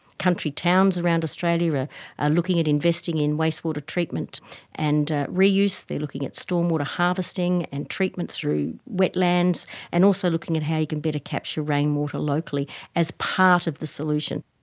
country towns around australia are ah ah looking at investing in wastewater treatment and reuse. they're looking at stormwater harvesting and treatment through wetlands and looking at how you can better capture rainwater locally as part of the solution.